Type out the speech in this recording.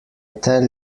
tell